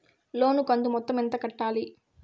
లోను కంతు మొత్తం ఎంత కట్టాలి?